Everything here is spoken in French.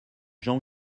jean